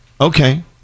Okay